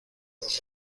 los